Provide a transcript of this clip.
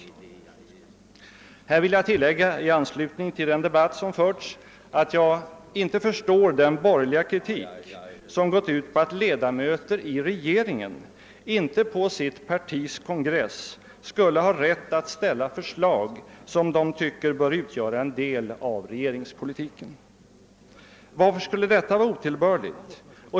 I detta sammanhang vill jag tillägga i anslutning till den debatt som förts att jag inte förstår den borgerliga kritik som gått ut på att ledamöter i regeringen inte på sitt partis kongress skulle ha rätt att ställa förslag som de tycker bör utgöra en del av regeringspolitiken. Varför skulle detta vara otillbörligt?